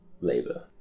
labor